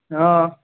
অঁ